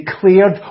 declared